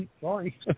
sorry